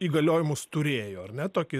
įgaliojimus turėjo ar ne tokį